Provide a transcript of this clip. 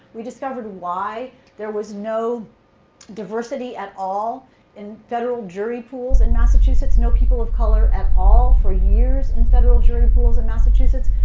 we discovered why there was no diversity at all in federal jury pools in massachusetts, no people of color at all for years in federal jury pools of and massachusetts.